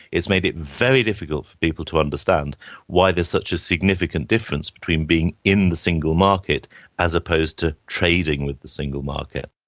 made it very difficult for people to understand why there is such a significant difference between being in the single market as opposed to trading with the single market.